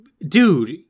dude